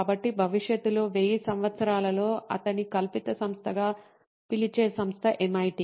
కాబట్టి భవిష్యత్తులో 1000 సంవత్సరాలలో అతని కల్పిత సంస్థగా పిలిచే సంస్థ MIT